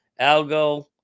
Algo